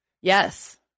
yes